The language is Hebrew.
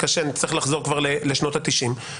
נצטרך לחזור כבר לשנות ה-90.